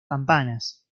campanas